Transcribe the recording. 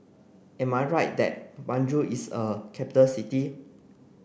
am I right that Banjul is a capital city